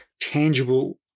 tangible